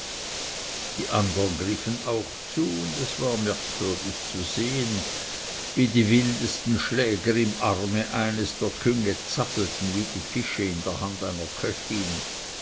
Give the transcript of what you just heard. die andern griffen auch zu und es war merkwürdig zu sehen wie die wildesten schläger im arme eines der künge zappelten wie fische in der hand einer köchin